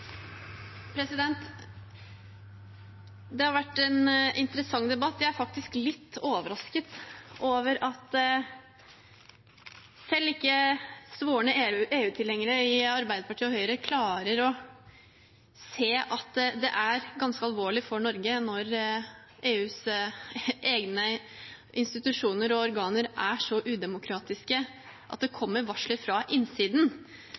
Det har vært en interessant debatt. Jeg er faktisk litt overrasket over at selv ikke svorne EU-tilhengere i Arbeiderpartiet og Høyre klarer å se at det er ganske alvorlig for Norge når EUs egne institusjoner og organer er så udemokratiske at det kommer varsler fra innsiden.